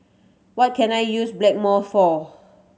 what can I use Blackmore for